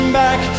back